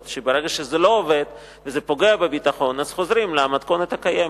שברגע שזה לא עובד וזה פוגע בביטחון אז חוזרים למתכונת הקיימת.